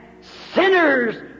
sinners